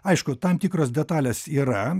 aišku tam tikros detalės yra